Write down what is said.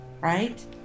right